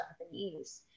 Japanese